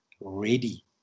Ready